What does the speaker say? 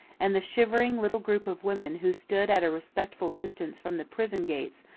and the shivering little group of women who stood at a respectful distance from the prison gates,